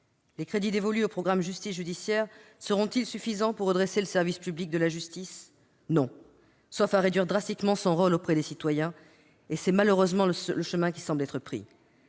Les crédits dévolus au programme « Justice judiciaire » seront-ils suffisants pour redresser le service public de la justice ? Non, sauf à réduire drastiquement son rôle auprès des citoyens. C'est malheureusement le chemin qui semble être pris